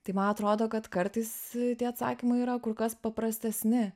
tai man atrodo kad kartais tie atsakymai yra kur kas paprastesni